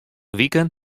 wiken